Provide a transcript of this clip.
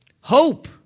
Hope